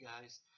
guys